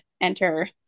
enter